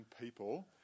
people